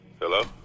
Hello